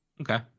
okay